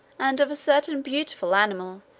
and of a certain beautiful animal,